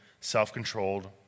self-controlled